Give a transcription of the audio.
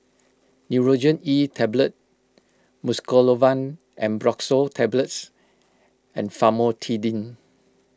Nurogen E Tablet Mucosolvan Ambroxol Tablets and Famotidine